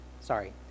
Sorry